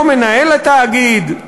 לא מנהל התאגיד,